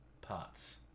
parts